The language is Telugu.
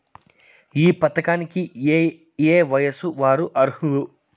ఈ పథకానికి ఏయే వయస్సు వారు అర్హులు?